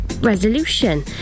Resolution